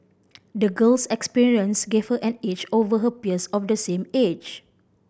the girl's experience gave her an edge over her peers of the same age